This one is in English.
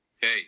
Hey